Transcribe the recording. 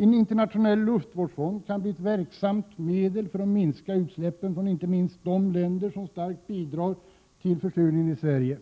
En internationell luftvårdsfond kan bli ett verksamt medel för att minska utsläppen från inte minst de länder som starkt bidrar till försurningen i Sverige.